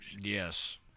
Yes